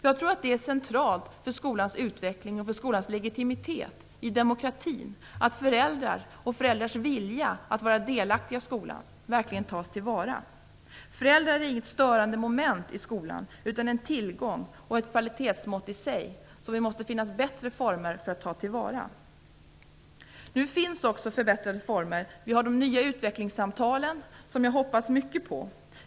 Jag tror att det är centralt för skolans utveckling och för skolans legitimitet i demokratin att föräldrar och föräldrars vilja att vara delaktiga i skolan verkligen tas till vara. Föräldrar är inget störande moment i skolan utan en tillgång och ett kvalitetsmått i sig, och vi måste finna bättre former för att ta till vara denna tillgång. Det finns nu bättre former för att ta till vara den tillgång som föräldrarna utgör. Vi har de nya utvecklingssamtalen, som jag hoppas mycket på.